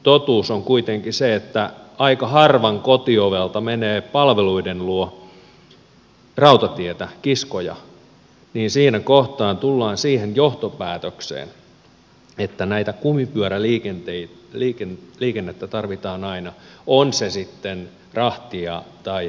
kun totuus on kuitenkin se että aika harvan kotiovelta menee palveluiden luo rautatietä kiskoja niin siinä kohtaa tullaan siihen johtopäätökseen että tätä kumipyöräliikennettä tarvitaan aina on se sitten rahtia tai henkilöliikennettä